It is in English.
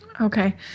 Okay